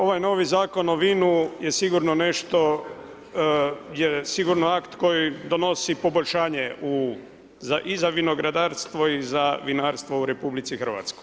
Ovaj novi zakon o vinu je sigurno nešto, je sigurno akt koji donosi poboljšanje i za vinogradarstvo i za vinarstvo u RH.